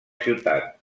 ciutat